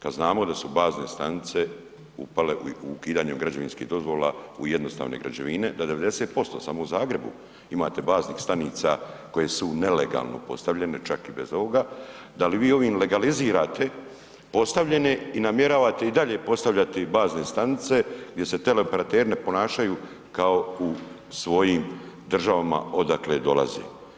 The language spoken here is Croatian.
Kad znamo da su bazne stanice upale u ukidanju građevinskih dozvola u jednostavne građevine, da 90% samo u Zagrebu imate baznih stanica koje su nelegalno postavljene čak i bez ovoga, da li vi ovim legalizirate postavljene i namjeravate i dalje postavljati bazne stanice gdje se teleoperateri ne ponašaju kao u svojim državama odakle dolaze.